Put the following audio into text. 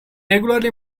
regularly